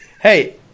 Hey